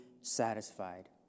satisfied